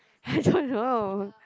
I don't know